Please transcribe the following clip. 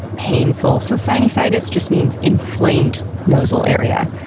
painful. so, sinusitis just means, inflamed nosal area.